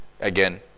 again